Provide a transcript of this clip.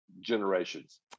generations